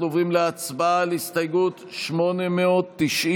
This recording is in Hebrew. אנחנו עוברים להצבעה על הסתייגות 893,